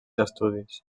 estudis